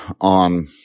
on